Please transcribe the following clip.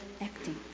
acting